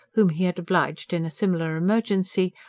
whom he had obliged in a similar emergency,